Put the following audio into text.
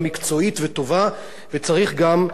וצריך להזכיר גם את העניין הזה.